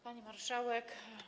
Pani Marszałek!